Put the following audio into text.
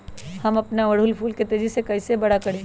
हम अपना ओरहूल फूल के तेजी से कई से बड़ा करी?